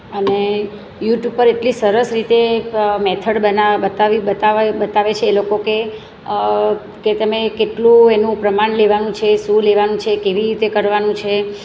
અને યુટ્યુબ પર એટલી સરસ રીતે મેથડ બના બતા બતાવે છે એ લોકો કે કે તમે કેટલું એનું પ્રમાણ લેવાનું શું લેવાનું છે કેવી રીતે કરવાનું છે